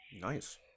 nice